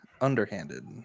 underhanded